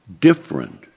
different